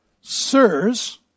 sirs